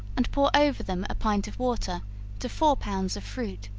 and pour over them a pint of water to four pounds of fruit